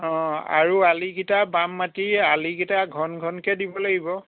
অঁ আৰু আলিগিটা বাম মাটিৰ আলিগিটা ঘন ঘনকৈ দিব লাগিব